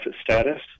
status